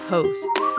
Hosts